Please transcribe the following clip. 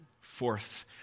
forth